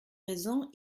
raison